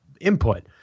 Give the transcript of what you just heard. input